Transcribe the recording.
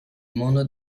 mondo